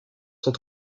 sont